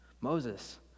Moses